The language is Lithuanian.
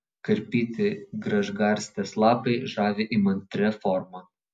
karpyti gražgarstės lapai žavi įmantria forma